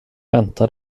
vänta